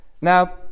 Now